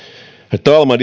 herr talman